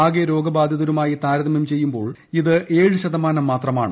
ആകെ രോഗബാധിതരുമായി താരതമ്യം ചെയ്യുമ്പോൾ ഇത് ഏഴ് ശതമാനം മാത്രമാണ്